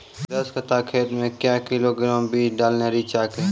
दस कट्ठा खेत मे क्या किलोग्राम बीज डालने रिचा के?